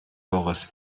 doris